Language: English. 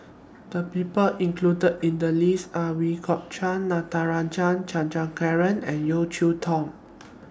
The People included in The list Are Ooi Kok Chuen Natarajan Chandrasekaran and Yeo Cheow Tong